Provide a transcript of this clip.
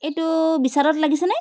এইটো বিশালত লাগিছেনে